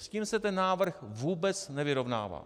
S tím se ten návrh vůbec nevyrovnává.